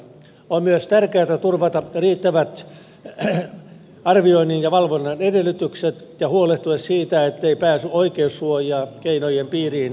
on myös tärkeätä turvata riittävät arvioinnin ja valvonnan edellytykset ja huolehtia siitä ettei pääsy oikeussuojakeinojen piiriin heikenny